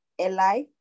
Eli